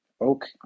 okay